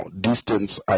distance